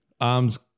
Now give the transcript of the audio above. Arms